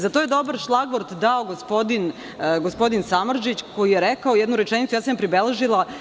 Za to je dobar šlagvort dao gospodin Samardžić, koji je rekao jednu rečenicu, a ja sam je pribeležila.